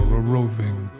a-roving